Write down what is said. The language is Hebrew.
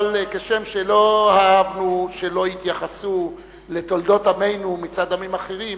אבל כשם שלא אהבנו שלא התייחסו לתולדות עמנו מצד עמים אחרים,